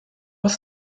was